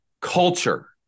culture